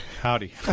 Howdy